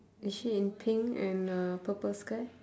is she in pink and uh purple skirt